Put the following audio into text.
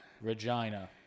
Regina